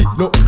no